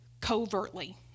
covertly